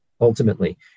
ultimately